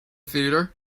theater